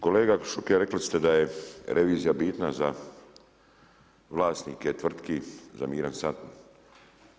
Kolega Šuker, rekli ste da je revizija bitna za vlasnike tvrtki, za miran san.